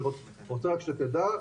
אני רוצה רק שתדע,